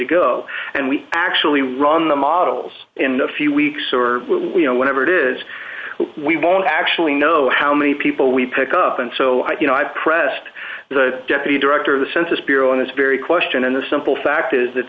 to go and we actually run the models in a few weeks or we know whatever it is we won't actually know how many people we pick up and so you know i've pressed the deputy director of the census bureau on this very question and the simple fact is that